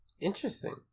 Interesting